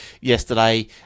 yesterday